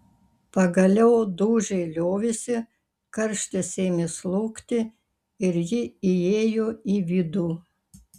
pagaliau dūžiai liovėsi karštis ėmė slūgti ir ji įėjo į vidų